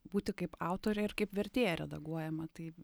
būti kaip autorė ir kaip vertėja redaguojama tai